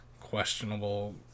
questionable